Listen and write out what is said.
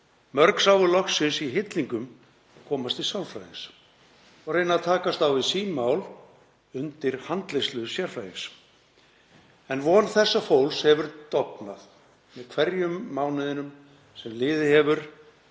Mörg sáu loksins í hillingum að komast til sálfræðings og reyna að takast á við sín mál undir handleiðslu sérfræðings. En von þessa fólks hefur dofnað með hverjum mánuðinum sem liðið hefur